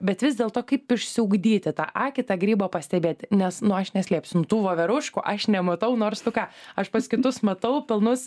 bet vis dėlto kaip išsiugdyti tą akį tą grybą pastebėti nes nu aš neslėpsiu nu tų voveruškų aš nematau nors tu ką aš pas kitus matau pilnus